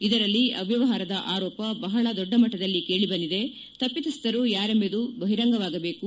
ಇದರಲ್ಲಿ ಅವ್ಯವಹಾರದ ಅರೋಪ ಬಹಳ ದೊಡ್ಡ ಮಟ್ಟದಲ್ಲಿ ಕೇಳಬಂದಿದೆ ತಪ್ಪಿತಸ್ಥರು ಯಾರೆಂಬುದು ಬಹಿರಂಗವಾಗಬೇಕು